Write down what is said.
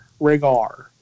Ragar